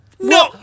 No